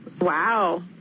Wow